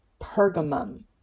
Pergamum